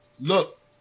Look